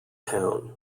town